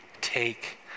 take